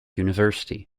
university